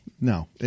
no